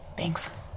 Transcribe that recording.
Thanks